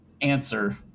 answer